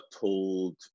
told